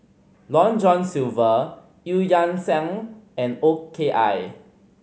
Long John Silver Eu Yan Sang and O K I